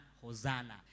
hosanna